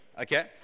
okay